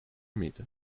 mıydı